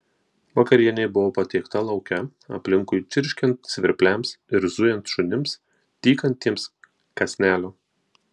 vakarienė buvo patiekta lauke aplinkui čirškiant svirpliams ir zujant šunims tykantiems kąsnelio